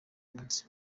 munsi